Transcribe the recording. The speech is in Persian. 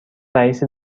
رئیس